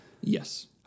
Yes